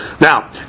Now